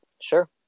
Sure